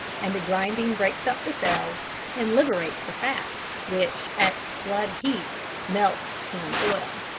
and the grinding breaks up the cells and liberates the fat, which at blood heat melts to an oil.